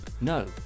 No